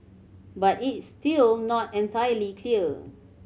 but it's still not entirely clear